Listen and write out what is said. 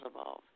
evolve